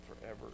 forever